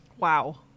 Wow